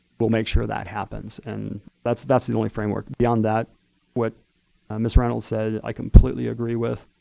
will make sure that happens. and that's that's the only framework. beyond that what miss reynolds said, i completely agree with,